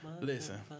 Listen